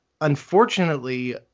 unfortunately